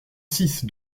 six